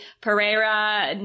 Pereira